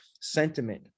sentiment